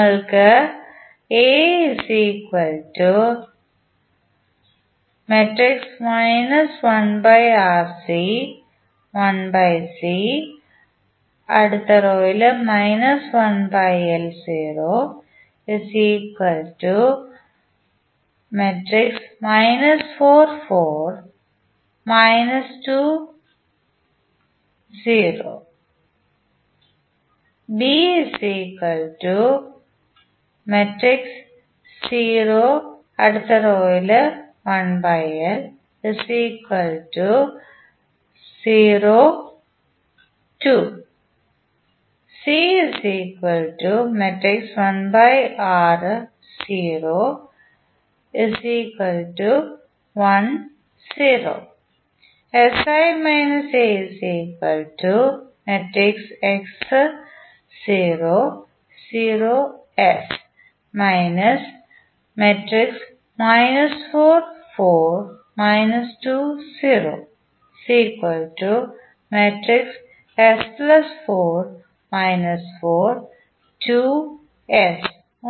നമുക്ക്